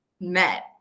met